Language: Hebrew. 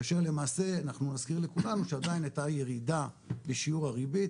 כאשר למעשה אנחנו נזכיר לכולם שעדיין היתה ירידה בשיעור הריבית,